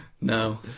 No